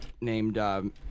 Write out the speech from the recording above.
named